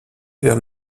vers